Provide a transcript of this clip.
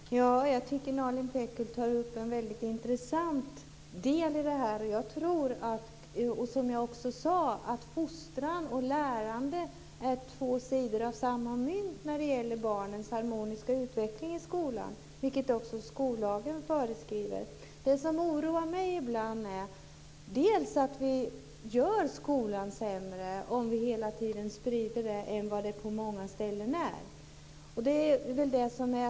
Fru talman! Jag tycker att Nalin Pekgul tar upp en väldigt intressant del i detta. Jag tror att fostran och lärande är två sidor av samma mynt när det gäller barnens harmoniska utveckling i skolan. Detta föreskriver ju också skollagen. Det som oroar mig ibland är att vi gör skolan sämre om vi hela tiden sprider ryktet att den är sämre än vad den på många ställen är.